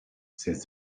since